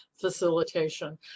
facilitation